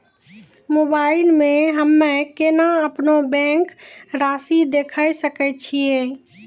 Mobile मे हम्मय केना अपनो बैंक रासि देखय सकय छियै?